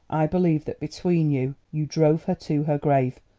i believe that between you, you drove her to her grave.